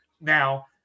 Now